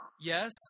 Yes